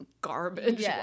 garbage